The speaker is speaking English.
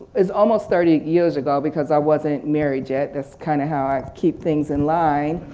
is almost thirty eight years ago because i wasn't married yet that's kind of how i keep things in line.